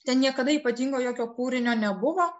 ten niekada ypatingo jokio kūrinio nebuvo